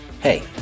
Hey